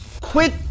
quit